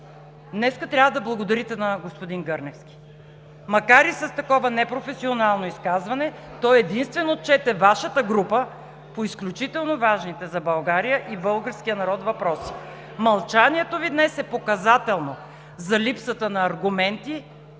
Днес трябва да благодарите на господин Гърневски. Макар и с такова непрофесионално изказване той единствен отчете Вашата група по изключително важните за България и българския народ въпроси. Мълчанието Ви днес е показателно за липсата на аргументи